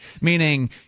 meaning